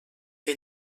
que